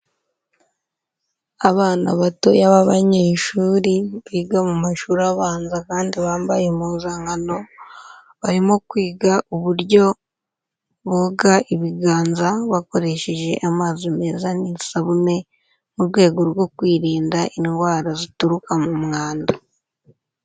Abana batoya b'abanyeshuri biga mu mashuri abanza kandi bambaye impuzankano, barimo kwiga uburyo boga ibiganza bakoresheje amazi meza n'isabune, mu rwego rwo kwirinda indwara zituruka mu mwanda.